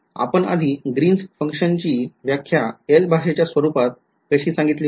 आपण आधी ग्रीनस फंक्शनची व्याख्या L भाषेच्या स्वरूपात कशी सांगितली होती